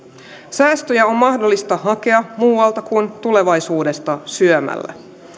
säästöjä on mahdollista hakea muualta kuin tulevaisuudesta syömällä